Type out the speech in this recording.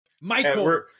Michael